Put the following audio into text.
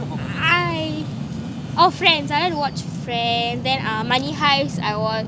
I oh friends I like to watch friends then money heist I watch